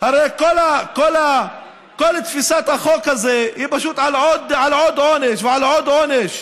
הרי כל תפיסת החוק הזה היא פשוט עוד עונש על עוד עונש.